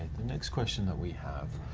next question that we have,